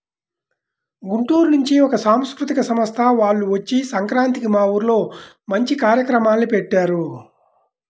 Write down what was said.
గుంటూరు నుంచి ఒక సాంస్కృతిక సంస్థ వాల్లు వచ్చి సంక్రాంతికి మా ఊర్లో మంచి కార్యక్రమాల్ని పెట్టారు